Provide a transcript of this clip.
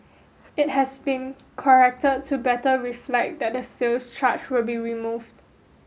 it has been corrected to better reflect that the sales charge will be removed